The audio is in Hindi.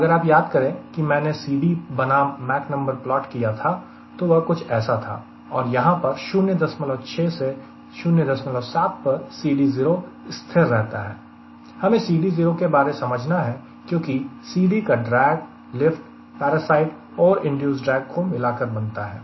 अगर आप याद करें कि मैंने CD बनाम माक नंबर प्लॉट किया था तो वह कुछ ऐसा था और यहां पर 06 से 07 पर CD0 स्थिर रहता है हमें CD0 के बारे समझना है क्योंकि CD का ड्रेग लिफ्ट पारासाइट और इंड्यूस्ड ड्रेग को मिलाकर बनता है